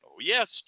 Yes